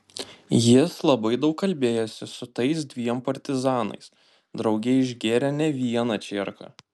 jis labai daug kalbėjosi su tais dviem partizanais drauge išgėrė ne vieną čierką